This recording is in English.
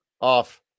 off